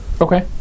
Okay